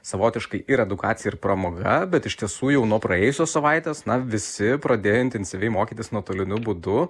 savotiškai ir edukacija ir pramoga bet iš tiesų jau nuo praėjusios savaitės na visi pradėjo intensyviai mokytis nuotoliniu būdu